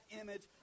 image